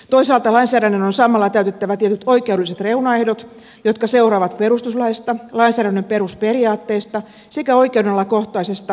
toisaalta lainsäädännön on samalla täytettävä tietyt oikeudelliset reunaehdot jotka seuraavat perustuslaista lainsäädännön perusperiaatteista sekä oikeudenalakohtaisesta sääntelytraditiosta